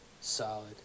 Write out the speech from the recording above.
solid